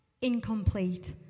Incomplete